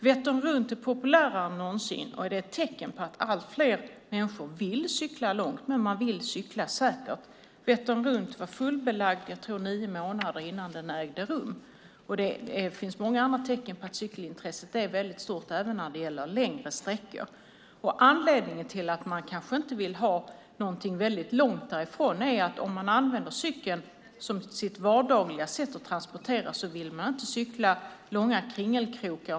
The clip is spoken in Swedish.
Vättern runt är populärare än någonsin och ett tecken på att allt fler människor vill cykla långt, men man vill också cykla säkert. Vättern runt var fullbokat nio månader innan den ägde rum. Det finns även många andra tecken på att cykelintresset är stort, också när det gäller längre sträckor. Anledningen till att man kanske inte vill ha en cykelväg väldigt långt ifrån är att om man använder cykeln som sitt vardagliga sätt att transportera sig vill man inte cykla långa kringelkrokar.